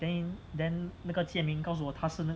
then he then 那个 jian ming 告诉我她是